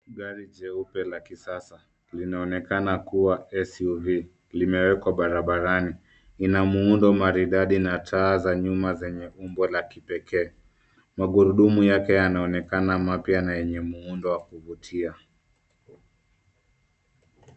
Gari jeupe la kisasa linaonekana kuwa SUV limewekwa barabarani. Lina muundo maridadi na taa za nyuma zenye umbo la kipekee. Magurudumu yake yakaonekana mapya na yenye muundo wa kuvutia.